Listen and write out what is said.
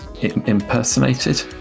impersonated